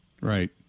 Right